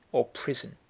or prison,